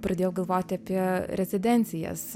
pradėjau galvoti apie rezidencijas